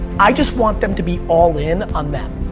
i just want them to be all in on them.